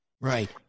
Right